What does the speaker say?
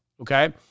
okay